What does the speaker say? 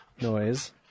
noise